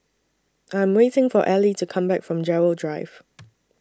I Am waiting For Allie to Come Back from Gerald Drive